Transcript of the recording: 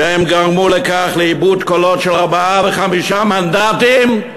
שגרמו לאיבוד קולות של ארבעה וחמישה מנדטים,